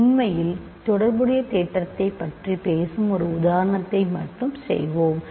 எனவே உண்மையில் தொடர்புடைய தேற்றத்தைப் பற்றி பேசும் ஒரு உதாரணத்தை மட்டும் செய்வோம்